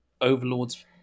overlords